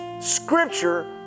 scripture